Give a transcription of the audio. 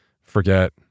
forget